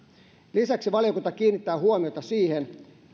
lisäksi valiokunta kiinnittää huomiota siihen